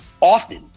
often